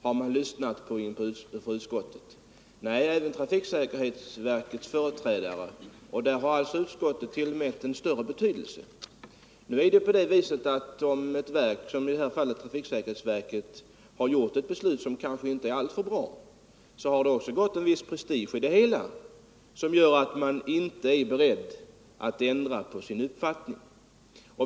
Man har lyssnat även till företrädare för trafiksäkerhetsverket. Och vad de sagt har utskottet tydligen tillmätt större betydelse. Men nu är det väl så att om ett verk — i detta fall trafiksäkerhetsverket — har fattat ett beslut som kanske inte är alldeles riktigt, så har det ändå gått litet prestige i beslutet, och det gör att man inte är beredd att ändra på sin uppfattning.